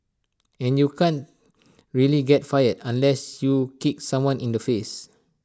and you can't really get fired unless you kicked someone in the face